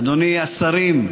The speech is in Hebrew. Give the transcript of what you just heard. רבותיי השרים,